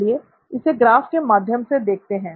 चलिए इसे ग्राफ के माध्यम से देखते हैं